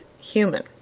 human